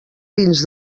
dins